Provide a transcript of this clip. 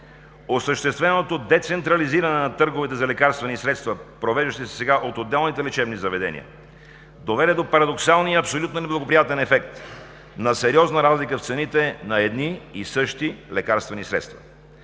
Осъщественото децентрализиране на търговете за лекарствени средства, провеждащи се сега от отделните лечебни заведения, доведе до парадоксалния и абсолютно неблагоприятен ефект на сериозна разлика в цените на едни и същи лекарствени средства.